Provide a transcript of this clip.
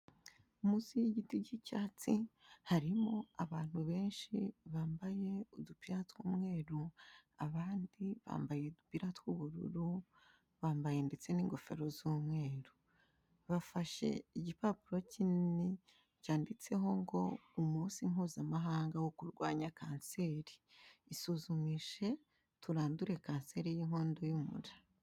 Munsi y'igiti k'icyatsi harimo abantu benshi bambaye udupira tw'umweru, abandi bambaye udupira tw'ubururu, bambaye ndetse n'ingofero z'umweru. Bafashe igipapuro kinini cyanditseho ngo "Umunsi mpuzamahanga wo kurwanya kanseri." Isuzumishe turandure kanseri y'inkondo y'umura.